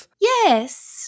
yes